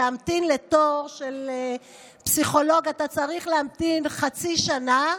לתור של פסיכולוג אתה צריך להמתין חצי שנה,